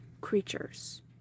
creatures